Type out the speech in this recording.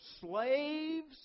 slaves